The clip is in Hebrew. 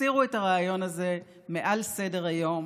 הסירו את הרעיון הזה מעל סדר-היום